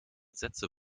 sätze